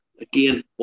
Again